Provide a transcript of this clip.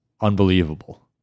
unbelievable